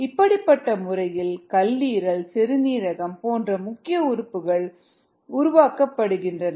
இப்படிப்பட்ட முறையில் கல்லீரல் சிறுநீரகம் போன்ற முக்கிய உறுப்புகள் உறுப்புகள் உருவாக்கப்படுகின்றன